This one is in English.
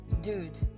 dude